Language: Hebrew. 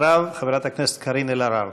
אחריו, חברת הכנסת קארין אלהרר.